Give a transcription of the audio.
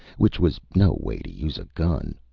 which was no way to use a gun.